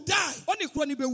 die